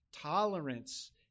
tolerance